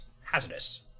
hazardous